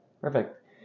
Perfect